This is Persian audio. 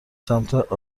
سمت